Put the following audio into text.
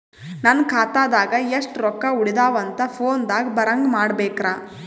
ನನ್ನ ಖಾತಾದಾಗ ಎಷ್ಟ ರೊಕ್ಕ ಉಳದಾವ ಅಂತ ಫೋನ ದಾಗ ಬರಂಗ ಮಾಡ ಬೇಕ್ರಾ?